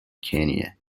kenya